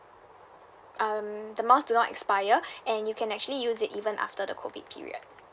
um the miles do not expire and you can actually use it even after the COVID period